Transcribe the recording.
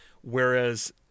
Whereas